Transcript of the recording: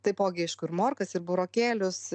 taipogi iš kur morkas ir burokėlius